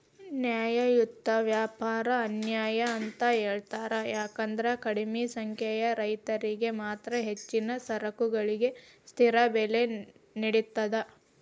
ನ್ಯಾಯಯುತ ವ್ಯಾಪಾರ ಅನ್ಯಾಯ ಅಂತ ಹೇಳ್ತಾರ ಯಾಕಂದ್ರ ಕಡಿಮಿ ಸಂಖ್ಯೆಯ ರೈತರಿಗೆ ಮಾತ್ರ ಹೆಚ್ಚಿನ ಸರಕುಗಳಿಗೆ ಸ್ಥಿರ ಬೆಲೆ ನೇಡತದ